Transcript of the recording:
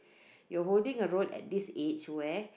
you holding a role at this age where